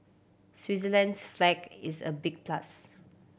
Switzerland's flag is a big plus